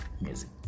music